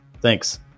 Thanks